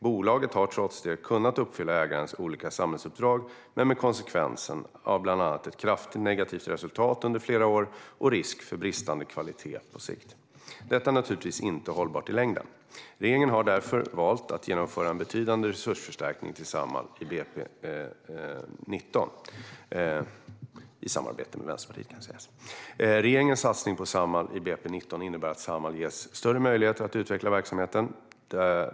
Bolaget har trots detta kunnat uppfylla ägarens olika samhällsuppdrag, men konsekvensen har bland annat blivit ett kraftigt negativt resultat under flera år och risk för bristande kvalitet på sikt. Detta är naturligtvis inte hållbart i längden, och regeringen har därför valt att genomföra en betydande resursförstärkning till Samhall i BP19, i samarbete med Vänsterpartiet. Regeringens satsning på Samhall i BP19 innebär att Samhall ges större möjligheter att utveckla verksamheten.